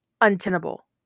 untenable